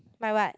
my what